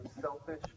selfish